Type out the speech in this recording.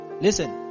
Listen